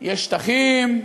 יש שטחים,